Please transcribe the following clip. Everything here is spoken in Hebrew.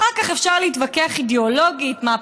אחר כך אפשר להתווכח אידיאולוגית מה הפתרון,